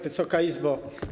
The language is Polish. Wysoka Izbo!